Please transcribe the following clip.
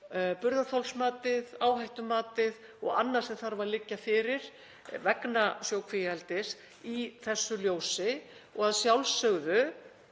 burðarþolsmatið, áhættumatið og annað sem þarf að liggja fyrir vegna sjókvíaeldis, í þessu ljósi og að sjálfsögðu